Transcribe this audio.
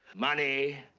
money.